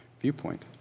viewpoint